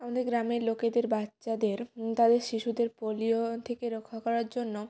আমাদের গ্রামের লোকেদের বাচ্ছাদের তাদের শিশুদের পোলিও থেকে রক্ষা করার জন্য